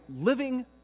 living